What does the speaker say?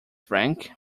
frank